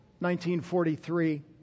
1943